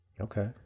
Okay